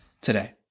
today